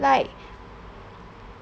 like